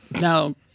Now